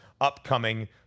upcoming